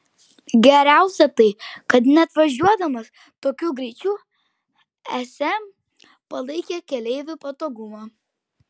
geriausia tai kad net važiuodamas tokiu greičiu sm palaikė keleivių patogumą